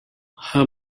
her